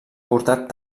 portat